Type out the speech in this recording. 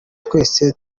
twese